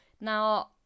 Now